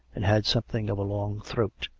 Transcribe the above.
and had something of a long throat.